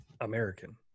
american